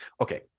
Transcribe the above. Okay